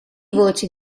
voce